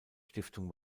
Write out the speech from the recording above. stiftung